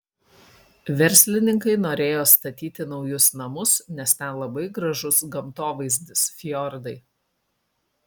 verslininkai norėjo statyti naujus namus nes ten labai gražus gamtovaizdis fjordai